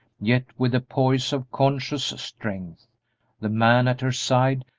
yet with a poise of conscious strength the man at her side,